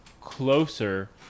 closer